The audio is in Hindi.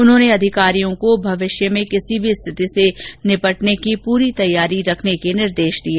उन्होंने अधिकारियों को भविष्य में किसी भी स्थिति से निपटने की पूरी तैयारी रखने के निर्देश दिए